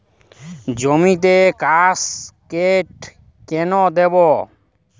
জমিতে কাসকেড কেন দেবো?